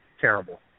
terrible